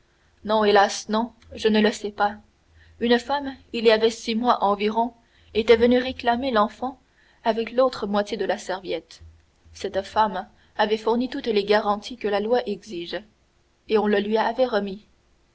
non hélas non je ne le sais pas une femme il y avait six mois environ était venue réclamer l'enfant avec l'autre moitié de la serviette cette femme avait fourni toutes les garanties que la loi exige et on le lui avait remis